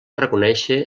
reconèixer